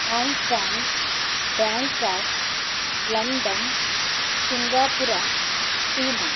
Hong Kong Bangkok London Singapore China